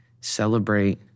celebrate